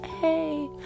hey